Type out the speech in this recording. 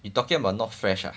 you talking about not fresh ah